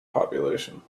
population